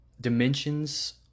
dimensions